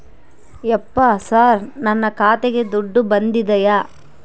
ಯಪ್ಪ ಸರ್ ನನ್ನ ಖಾತೆಗೆ ದುಡ್ಡು ಬಂದಿದೆಯ?